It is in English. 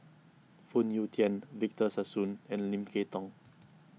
Phoon Yew Tien Victor Sassoon and Lim Kay Tong